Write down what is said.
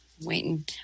waiting